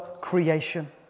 creation